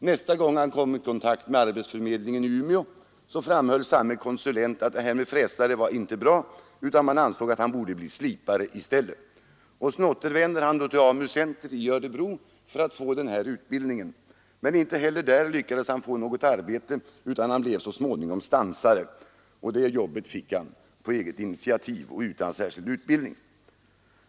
Nästa gång han kom i kontakt med arbetsförmedlingen i Umeå framhöll samme konsulent att det här med fräsare var inte bra, utan man ansåg att han borde bli slipare i stället. Så återvände han till AMU-center i Örebro för att få den nya utbildningen. Men inte heller där lyckades han få något arbete utan han blev så småningom stansare. Det jobbet fick han på eget initiativ och utan särskild utbildning.